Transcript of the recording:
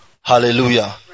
Hallelujah